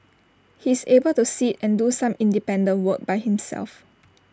he's able to sit and do some independent work by himself